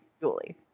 Julie